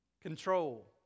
Control